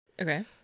Okay